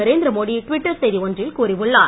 Narendra Modi Twitter செய்தி ஒன்றில் கூறியுள்ளார்